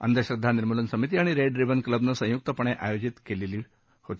अंधश्रद्वा निर्मूलन समिती आणि रेड रिबन क्लबनं संयुक्तपणे आयोजित केली होती